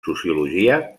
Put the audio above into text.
sociologia